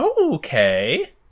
Okay